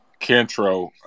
Cantro